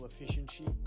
efficiency